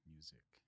Music